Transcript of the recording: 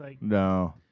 No